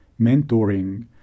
mentoring